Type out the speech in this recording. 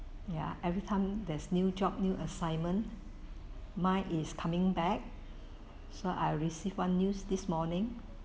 ya everytime there's new job new assignment mine is coming back so I receive one news this morning